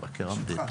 בסדר?